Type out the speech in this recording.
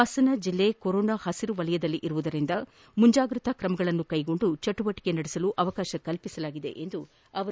ಪಾಸನ ಜಿಲ್ಲೆ ಕೊರೊನಾ ಪಸಿರು ವಲಯದಲ್ಲಿರುವುದರಿಂದ ಮುಂಜಾಗೌತ ಕ್ರಮಗಳನ್ನು ತೆಗೆದುಕೊಂಡು ಚಟುವಟಿಕೆಗಳನ್ನು ನಡೆಸಲು ಅವಕಾಶ ಕಲ್ಪಿಸಲಾಗಿದೆ ಎಂದರು